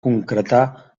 concretar